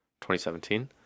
2017